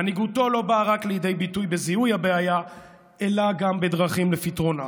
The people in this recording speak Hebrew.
מנהיגותו לא באה לידי ביטוי בזיהוי רק הבעיה אלא גם בדרכים לפתרונה.